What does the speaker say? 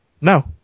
No